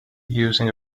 using